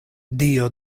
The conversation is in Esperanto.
dio